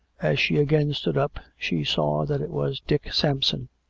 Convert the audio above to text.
as she again stood up, she saw that it was dick sampson.